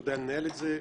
הוא יודע לנהל את זה.